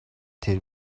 тэр